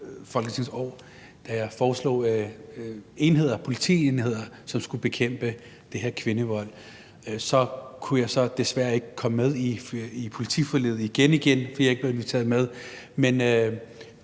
da jeg foreslog politienheder, som skulle bekæmpe den her kvindevold. Så kunne jeg så desværre ikke komme med i politiforliget – igen, igen fordi jeg ikke blev inviteret med.